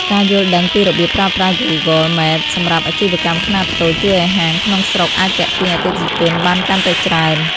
ការយល់ដឹងពីរបៀបប្រើប្រាស់ Google Maps សម្រាប់អាជីវកម្មខ្នាតតូច ជួយឱ្យហាងក្នុងស្រុកអាចទាក់ទាញអតិថិជនបានកាន់តែច្រើន។